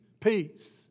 peace